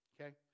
Okay